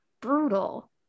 brutal